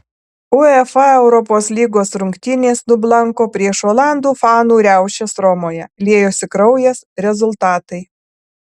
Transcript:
uefa europos lygos rungtynės nublanko prieš olandų fanų riaušes romoje liejosi kraujas rezultatai